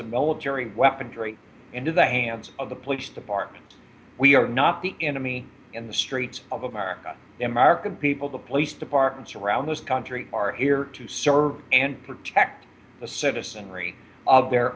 of military weapon drain into the hands of the police department we are not the enemy in the streets of america the american people the police departments around this country are here to serve and protect the citizenry of their